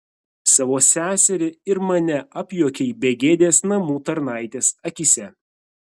savo seserį ir mane apjuokei begėdės namų tarnaitės akyse